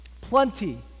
plenty